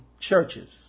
churches